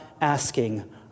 asking